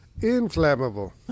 Inflammable